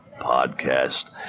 podcast